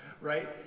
right